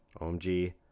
OMG